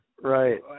Right